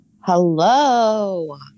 Hello